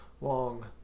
long